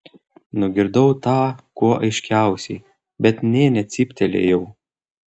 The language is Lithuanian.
nugirdau tą kuo aiškiausiai bet nė necyptelėjau